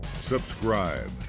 subscribe